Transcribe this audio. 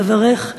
צווארך,